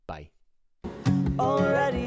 Bye